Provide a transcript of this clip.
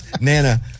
Nana